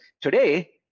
today